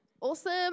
Awesome